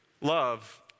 Love